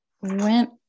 went